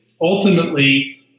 Ultimately